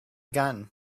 gun